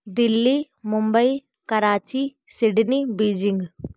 Delhi Mumbai Karachi Sydney Beijing